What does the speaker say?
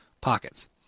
pockets